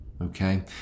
okay